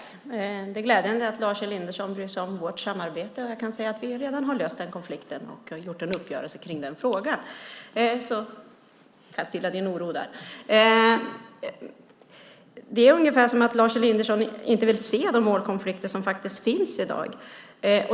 Herr talman! Det är glädjande att Lars Elinderson bryr sig om vårt samarbete, och jag kan säga att vi redan har löst den konflikten och har gjort en uppgörelse kring den frågan. Jag kan alltså stilla din oro där. Det är ungefär som att Lars Elinderson inte vill se de målkonflikter som faktiskt finns i dag.